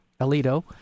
Alito